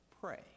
Pray